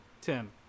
Tim